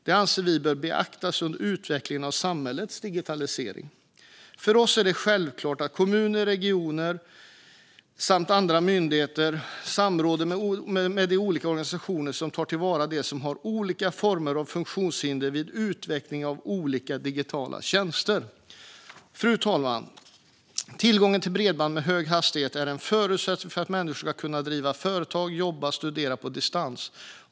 Detta anser vi bör beaktas under utvecklingen av samhällets digitalisering. För oss är det självklart att kommuner, regioner och myndigheter vid utvecklingen av olika digitala tjänster samråder med de organisationer som företräder de människor som har olika former av funktionshinder. Fru talman! Tillgången till bredband med hög hastighet är en förutsättning för att människor ska kunna driva företag, jobba och studera på distans.